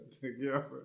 together